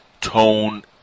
tone